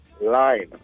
line